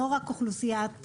לא רק אוכלוסיית הקשישים,